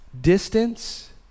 Distance